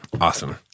Awesome